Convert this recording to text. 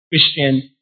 Christian